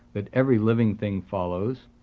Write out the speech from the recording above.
that every living thing follows.